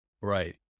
right